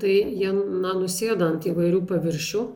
tai ji na nusėda ant įvairių paviršių